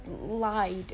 lied